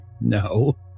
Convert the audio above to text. no